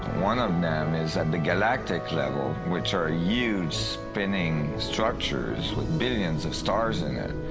one of them is at the galactic level, which are huge spinning structures, with billions of stars in